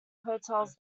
hotels